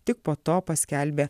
tik po to paskelbė